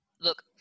Look